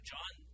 John